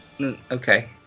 Okay